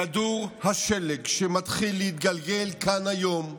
כדור השלג שמתחיל להתגלגל כאן היום יגדל,